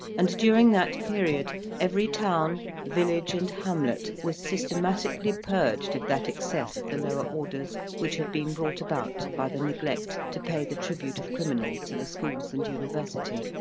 and during that period every town, village, and hamlet was systematically purged of that excess of the lower orders which had been brought about by the neglect to pay the tribute of criminals to the schools and university,